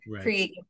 create